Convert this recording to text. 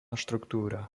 štruktúra